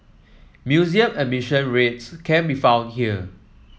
museum admission rates can be found here